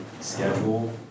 schedule